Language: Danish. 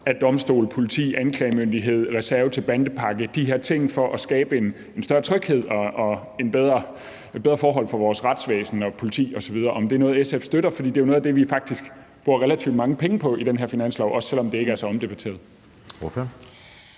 til domstolene, politiet, anklagemyndigheden og en reserve til en bandepakke, altså de her ting, der handler om at skabe en større tryghed og bedre forhold for vores retsvæsen og politi osv., og om det er noget, som SF støtter. For det er jo faktisk noget af det, vi bruger relativt mange penge på i den her finanslov, også selv om det ikke er så omdebatteret.